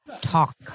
talk